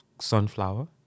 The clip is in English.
sunflower